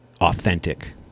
authentic